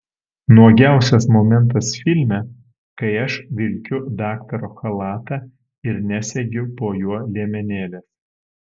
nuogiausias momentas filme kai aš vilkiu daktaro chalatą ir nesegiu po juo liemenėlės